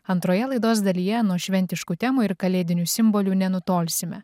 antroje laidos dalyje nuo šventiškų temų ir kalėdinių simbolių nenutolsime